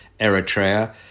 Eritrea